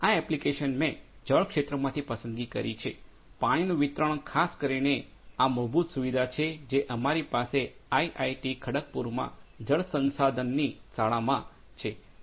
આ એપ્લિકેશન મેં જળ ક્ષેત્રમાંથી પસંદ કરી છે પાણીનું વિતરણ ખાસ કરીને અને આ મૂળભૂત સુવિધા છે જે અમારી પાસે આઈઆઈટી ખડગપુરમાં જળ સંસાધનોની શાળામાં સ્કૂલ ઓફ વોટર રિસોર્સિસ છે